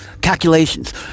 calculations